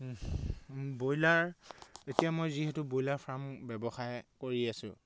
broiler এতিয়া মই যিহেতু ব্ৰইলাৰ ফাৰ্ম ব্যৱসায় কৰি আছোঁ